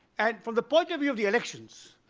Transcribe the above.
and from the point of view of the elections,